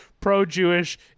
pro-Jewish